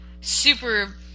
super